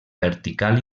vertical